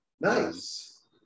Nice